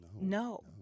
no